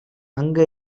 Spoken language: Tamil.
அங்க